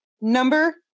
Number